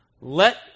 Let